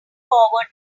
forward